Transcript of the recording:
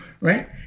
right